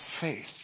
faith